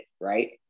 Right